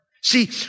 See